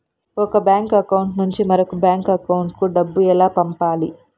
ఒక bank account నుంచి మరొక బ్యాంకు అకౌంట్ కు డబ్బు ఎలా పంపాలి